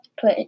put